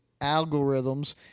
algorithms